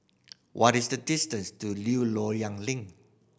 what is the distance to New Loyang Link